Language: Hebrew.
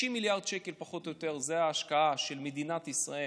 60 מיליארד שקל פחות או יותר זה ההשקעה של מדינת ישראל,